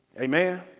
Amen